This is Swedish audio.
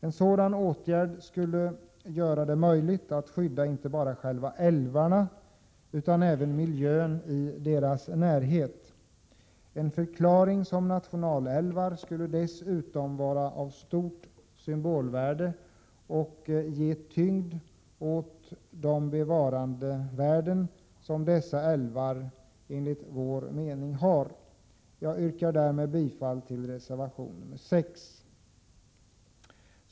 En sådan åtgärd skulle göra det möjligt att skydda inte bara själva älvarna utan även miljön i deras närhet. En förklaring som nationalälvar skulle dessutom vara av stort symbolvärde och ge tyngd åt det bevarandevärde som dessa älvar enligt vår mening har. Jag yrkar därmed bifall till reservation 6.